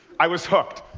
i was hooked.